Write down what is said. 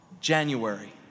January